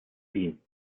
wien